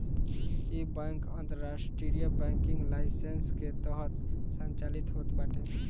इ बैंक अंतरराष्ट्रीय banking licence के तहत संचालित होत बाटे